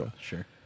Sure